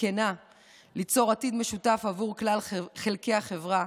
כנה ליצור עתיד משותף עבור כלל חלקי החברה,